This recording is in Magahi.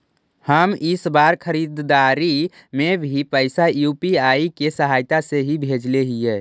हम इ बार सब खरीदारी में भी पैसा यू.पी.आई के सहायता से ही भेजले हिय